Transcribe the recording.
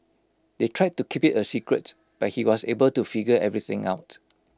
they tried to keep IT A secret but he was able to figure everything out